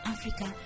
Africa